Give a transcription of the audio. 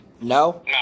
No